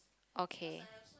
okay